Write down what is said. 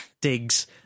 Digs